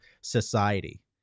society